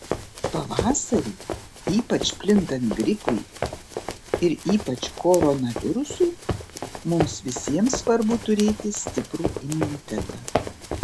pavasarį ypač plintant gripui ir ypač koronavirusui mums visiems svarbu turėti stiprų imunitetą